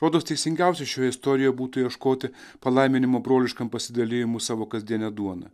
rodos teisingiausia šioje istorijoje būtų ieškoti palaiminimo broliškam pasidalijimui savo kasdiene duona